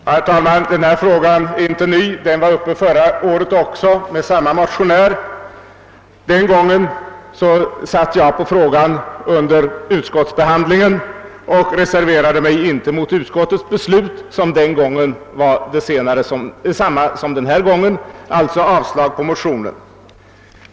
Herr talman! Denna fråga är inte ny. Den var uppe förra året också med anledning av en motion av samma motionär. Den gången var jag med vid utskottsbehandlingen och reserverade mig inte mot utskottets beslut som den gången var detsamma som denna gång, alltså yrkande om avslag på motion.